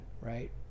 right